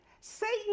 Satan